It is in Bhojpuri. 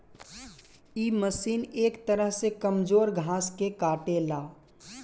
इ मशीन एक तरह से कमजोर घास के काटेला